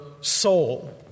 soul